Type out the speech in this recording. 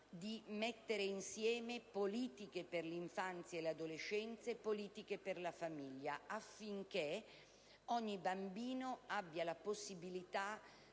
di mettere insieme le politiche per l'infanzia e l'adolescenza e le politiche per la famiglia, affinché ogni bambino abbia la possibilità,